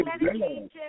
medication